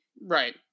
right